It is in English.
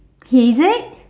is it